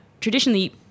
traditionally